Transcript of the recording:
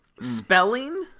Spelling